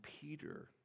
Peter